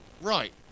Right